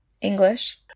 English